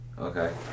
Okay